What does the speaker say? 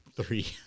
Three